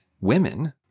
women